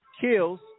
kills